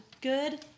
good